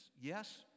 Yes